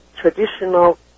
traditional